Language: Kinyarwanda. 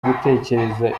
gutekereza